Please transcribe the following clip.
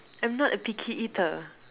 I'm not a picky eater